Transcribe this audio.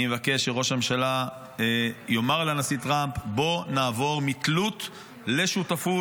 אני מבקש שראש הממשלה יאמר לנשיא טראמפ: בוא נעבור מתלות לשותפות.